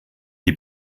die